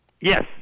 Yes